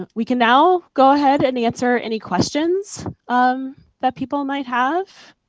and we can now go ahead and answer any questions um that people might have?